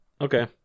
Okay